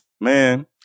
Man